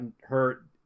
hurt